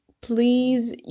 please